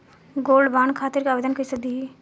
Gold bond खातिर आवेदन कैसे दिही?